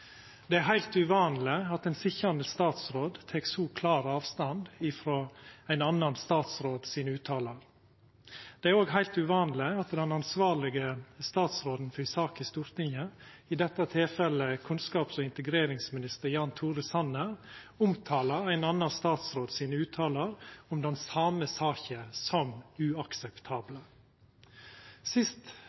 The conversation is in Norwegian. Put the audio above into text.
Det er heilt uvanleg at ein sitjande statsråd tek så klar avstand frå utsegnene til ein annan statsråd. Det er også heilt uvanleg at den ansvarlege statsråden for ei sak i Stortinget, i dette tilfellet kunnskaps- og integreringsminister Jan Tore Sanner, omtalar utsegnene til ein annan statsråd i den same saka som uakseptable. Til sist